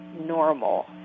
normal